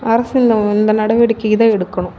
அரசு இந்த இந்த நடவடிக்கை இதை எடுக்கணும்